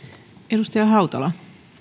arvoisa rouva